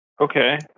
Okay